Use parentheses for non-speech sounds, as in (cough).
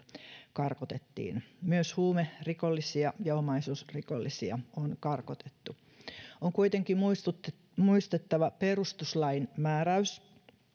karkotettiin myös huumerikollisia ja omaisuusrikollisia on karkotettu (unintelligible) on kuitenkin muistettava perustuslain määräys